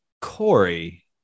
Corey